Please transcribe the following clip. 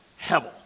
Hevel